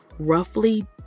roughly